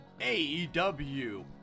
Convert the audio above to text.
AEW